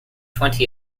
twenty